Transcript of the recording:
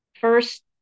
First